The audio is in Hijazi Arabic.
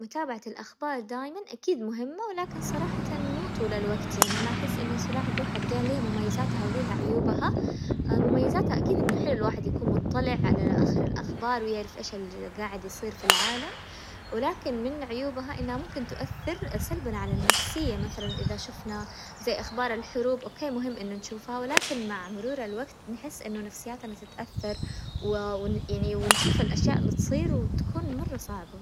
متابعة الاخبار دايما اكيد مهمة ولكن صراحة مو طول الوقت يعني انا احس اني سلاح ذو حدين، لي مميزاتها وليها عيوبها، مميزاتها اكيد انه حلو الواحد يكون مطلع على اخر الاخبار ويعرف ايش اللي قاعد يصير في العالم، ولكن من عيوبها انها ممكن تؤثر سلبا على النفسية مثلا اذا شفنا زي اخبار الحروب اوكي مهم انه نشوفها، ولكن مع مرور الوقت نحس انه نفسياتنا تتأثر يعني، ونشوف الاشياء اللي تصير وتكون مرة صعبة.